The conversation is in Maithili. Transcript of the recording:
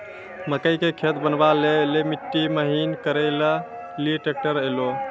मकई के खेत बनवा ले ली मिट्टी महीन करे ले ली ट्रैक्टर ऐलो?